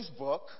Facebook